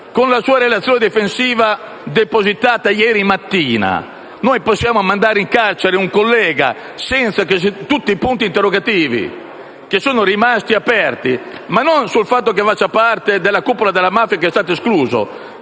con la sua relazione difensiva depositata ieri mattina, possiamo mandare in carcere un collega con tutti i punti interrogativi che sono rimasti aperti, e non sul fatto che faccia parte della cupola della mafia (il che è stato escluso),